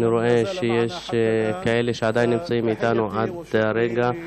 אני רואה שיש כאלה שעדיין נמצאים אתנו עד הרגע.